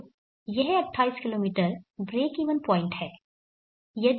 तो यह 28 किमी ब्रेक इवन पॉइंट है